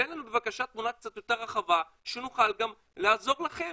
תן לנו בבקשה תמונה קצת יותר רחבה שנוכל גם לעזור לכם